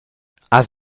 has